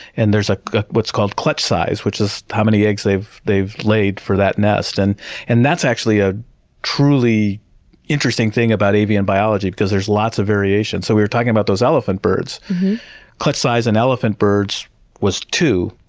and there's ah what's called the clutch size, which is how many eggs they've they've laid for that nest. and and that's actually a truly interesting thing about avian biology because there's lots of variation. so, we were talking about those elephant birds clutch size of and elephant birds was two,